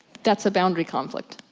that's a boundary conflict.